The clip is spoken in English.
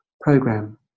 Program